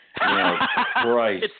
Right